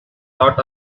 lot